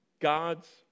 God's